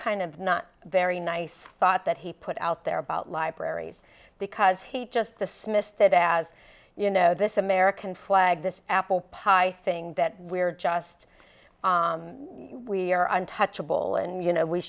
kind of not very nice thought that he put out there about libraries because he just dismissed it as you know this american flag this apple pie thing that we're just we are untouchable and you know we